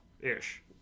ish